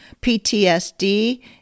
PTSD